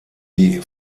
die